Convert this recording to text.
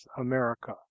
america